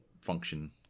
function